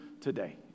today